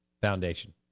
foundation